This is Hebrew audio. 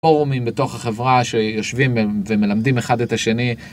פורומים בתוך החברה שיושבים ומלמדים אחד את השני.